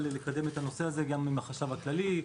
לקדם את הנושא הזה יחד עם החשב הכללי,